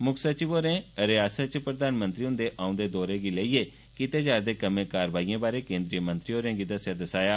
मुक्ख सचिव होरें रियासत च प्रधानमंत्री हंदे औदे दौरे गी लेईये कीते जारदे कम्मे कारवाईयें बार केंद्रिय मंत्री होरेंगी दस्सेआ दसाया